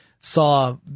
saw